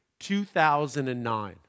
2009